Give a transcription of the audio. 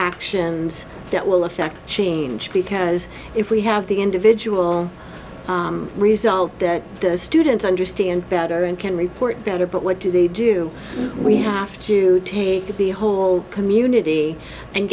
actions that will affect change because if we have the individual result that students understand better and can report better but what do they do we have to take the whole community and